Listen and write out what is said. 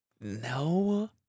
No